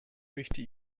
möchte